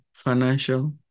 financial